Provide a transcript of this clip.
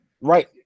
right